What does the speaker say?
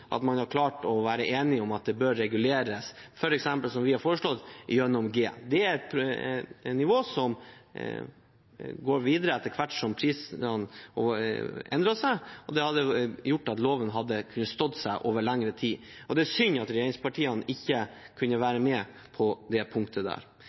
man hadde klart å bli enig om at det bør reguleres, f.eks. gjennom G, som vi har foreslått. Det er et nivå som reguleres etter hvert som prisen endres, og det hadde gjort at loven hadde kunnet stå seg over lengre tid. Det er synd at regjeringspartiene ikke kunne